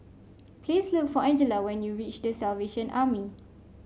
please look for Angella when you reach The Salvation Army